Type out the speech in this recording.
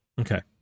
Okay